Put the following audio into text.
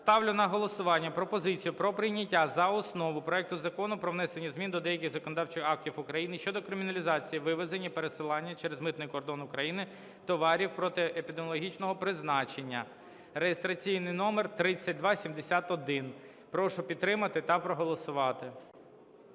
ставлю на голосування пропозицію про прийняття за основу проект Закону про внесення змін до деяких законодавчих актів України щодо криміналізації вивезення (пересилання) через митний кордон України товарів протиепідемічного призначення (реєстраційний номер 3271). Прошу підтримати та проголосувати.